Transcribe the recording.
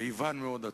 ואיוון מאוד עצוב,